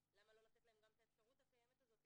למה לא לתת להם גם את האפשרות הקיימת הזו,